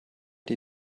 die